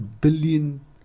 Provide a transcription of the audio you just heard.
billion